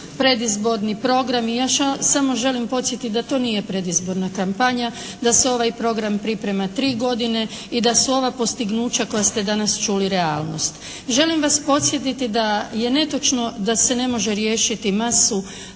predizborni programi. Ja samo želim podsjetiti da to nije predizborna kampanja, da se ovaj program priprema tri godine i da su ova postignuća koja ste danas čuli realnost. Želim vas podsjetiti da je netočno da se ne može riješiti masu